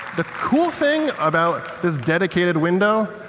the cool thing about this dedicated window,